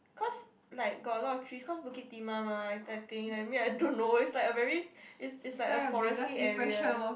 cause like got a lot of trees cause Bukit-Timah mah I think I mean I don't know it's like a very it's it's like a forestry area